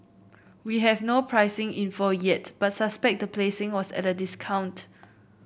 we have no pricing info yet but suspect the placing was at a discount